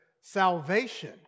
salvation